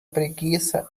preguiça